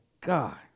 God